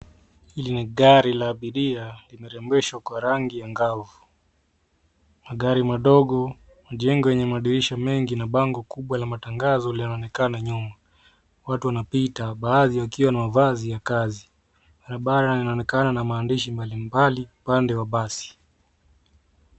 Hili ni gari la abiria, limerembeshwa kwa rangi angavu. Magari madogo, majengo yenye madirisha mengi na bango kubwa la matangazo linaonekana nyuma. Watu wanapita baadhi wakiwa na mavazi ya kazi. Barabara inaonekana na maandishi mbalimbali upande wa basi.